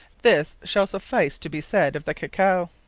this shall suffice to be said of the cacao.